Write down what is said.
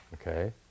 okay